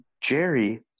Jerry